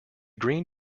green